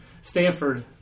Stanford